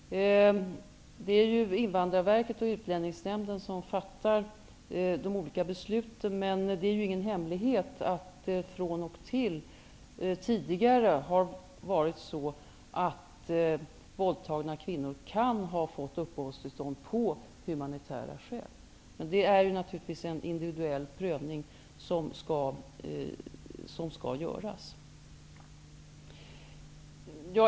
Det är Invandrarverket och Utlänningsnämn den som fattar de olika besluten. Men det är ingen hemlighet att det tidigare från och till har varit så, att våldtagna kvinnor kan ha fått uppehållstill stånd på grund av humanitära skäl. Det är natur ligtvis en individuell prövning som skall göras.